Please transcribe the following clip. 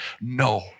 No